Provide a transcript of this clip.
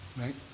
right